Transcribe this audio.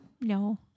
No